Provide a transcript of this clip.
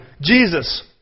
Jesus